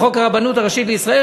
לחוק הרבנות הראשית לישראל,